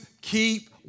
keep